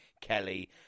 Kelly